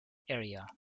area